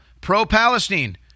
pro-Palestine